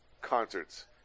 concerts